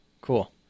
Cool